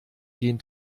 gehen